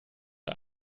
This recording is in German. der